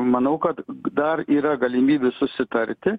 manau kad dar yra galimybių susitarti